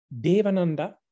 Devananda